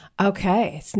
Okay